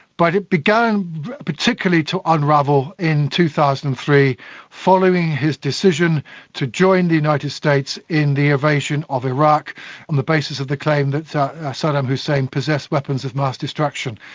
but it began particularly to unravel in two thousand and three following his decision to join the united states in the invasion of iraq on the basis of the claim that saddam hussein possessed weapons of mass destruction.